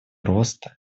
роста